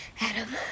Adam